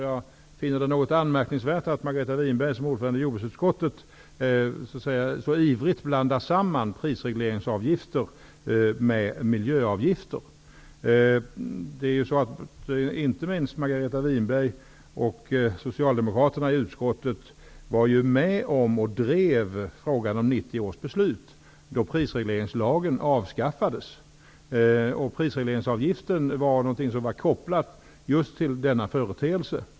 Jag finner det något anmärkningsvärt att Margareta Winberg som ordförande i jordbruksutskottet så ivrigt blandar samman prisregleringsavgifter med miljöavgifter. Inte minst Margareta Winberg och socialdemokraterna i utskottet var med och drev frågan om 90 års beslut, då prisregleringslagen avskaffades. Prisregleringsavgiften var något som var kopplat just till denna företeelse.